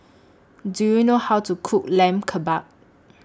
Do YOU know How to Cook Lamb Kebabs